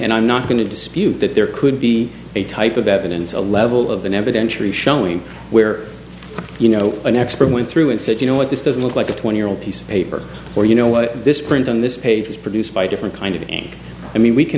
and i'm not going to dispute that there could be a type of evidence a level of the never denture is showing where you know an expert went through and said you know what this doesn't look like a twenty year old piece of paper or you know what this print on this page is produced by different kind of and i mean we can